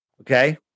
Okay